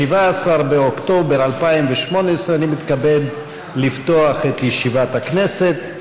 17 באוקטובר 2018. אני מתכבד לפתוח את ישיבת הכנסת.